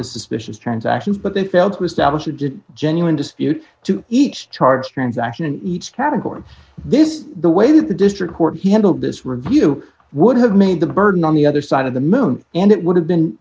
the suspicious transactions but they felt it was devilish it did genuine dispute to each charge transaction in each category this is the way that the district court he handled this review would have made the burden on the other side of the moon and it would have been